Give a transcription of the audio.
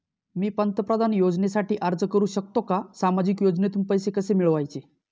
मी पंतप्रधान योजनेसाठी अर्ज करु शकतो का? सामाजिक योजनेतून पैसे कसे मिळवायचे